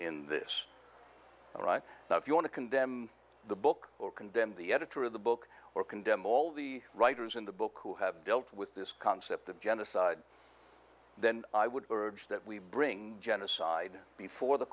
in this and right now if you want to condemn the book or condemn the editor of the book or condemn all the writers in the book who have dealt with this concept of genocide then i would urge that we bring genocide before the